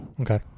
Okay